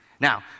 Now